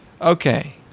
Okay